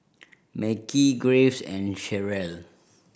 Mekhi Graves and Cherrelle